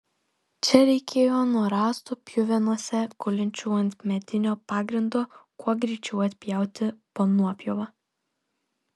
čia reikėjo nuo rąstų pjuvenose gulinčių ant medinio pagrindo kuo greičiau atpjauti po nuopjovą